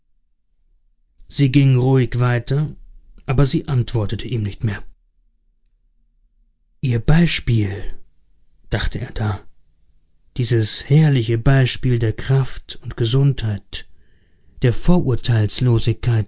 sie ging ruhig weiter aber sie antwortete ihm nicht mehr ihr beispiel dachte er da dieses herrliche beispiel der kraft und gesundheit der